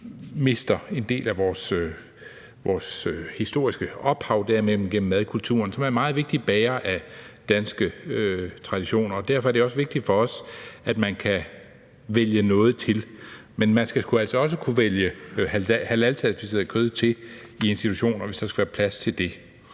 mister, er en del af vores historiske ophav, som ligger i madkulturen, som er en meget vigtig bærer af danske traditioner. Derfor er det også vigtigt for os, at man kan vælge noget til, men man skal altså også kunne vælge halalcertificeret kød til i de institutioner, hvis der skal være plads til det.